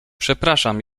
przepraszam